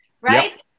right